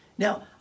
Now